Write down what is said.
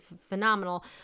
phenomenal